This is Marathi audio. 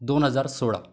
दोन हजार सोळा